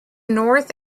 north